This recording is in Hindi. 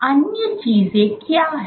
अन्य चीजें क्या हैं